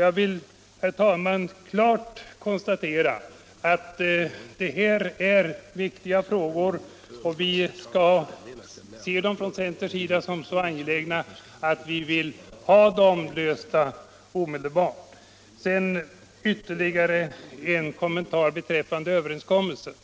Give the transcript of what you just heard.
Jag vill, herr talman, klart konstatera att det här är viktiga frågor och vi finner dem från centerns sida vara så angelägna att vi vill ha dem lösta omedelbart. Sedan ytterligare en kommentar beträffande överenskommelsen.